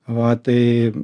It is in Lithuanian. va tai